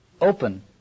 open